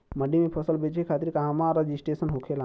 मंडी में फसल बेचे खातिर कहवा रजिस्ट्रेशन होखेला?